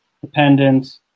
dependent